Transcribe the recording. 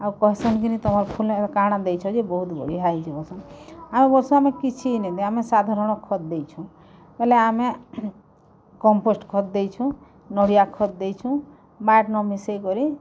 ଆଉ କହିସନ୍ କିନି ତମର୍ ଫୁଲ୍ ଏନ୍ତା କାଣା ଦେଇଛ ଯେ ବହୁତ୍ ବଢ଼ିଆ ହେଇଛେ ବୋଲସନ୍ ଆମେ ବୋଲସୁଁ ଆମେ କିଛି ନାଇଁ ଦେଇ ଆମେ ସାଧାରଣ ଖତ ଦେଇଛୁଁ ବେଲେ ଆମେ କମ୍ପୋଷ୍ଟ ଖତ୍ ଦେଇଛୁଁ ନଡ଼ିଆ ଖତ୍ ଦେଇଛୁଁ ମାଟ୍ ନ ମିଶେଇକରି